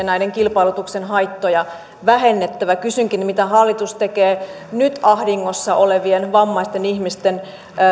näiden kilpailutusten haittoja vähennettävä kysynkin mitä hallitus tekee nyt ahdingossa olevien vammaisten ihmisten